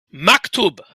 maktub